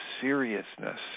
seriousness